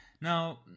now